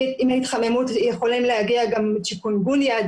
עם ההתחממות יכולים להגיע גם צ'יקונגוניה,